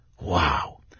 Wow